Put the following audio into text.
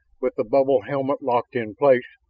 with the bubble helmet locked in place,